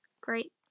great